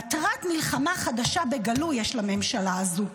מטרת מלחמה חדשה בגלוי יש לממשלה הזו: